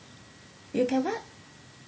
you can what